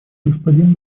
господин